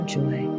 joy